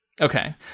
Okay